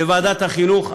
בוועדת החינוך,